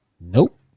Nope